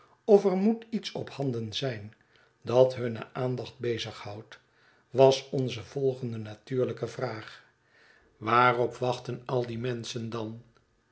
of er moet iets ophanden zijn dat hunne aandachtbezig houdt was onze volgendenatuurlijke vraag waarop wachten al die menschen dan